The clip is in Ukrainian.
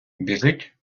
біжить